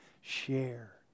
share